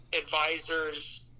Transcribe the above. advisors